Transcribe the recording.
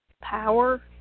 power